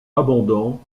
abondant